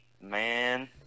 man